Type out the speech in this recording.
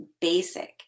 basic